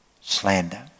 slander